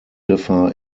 differ